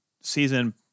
season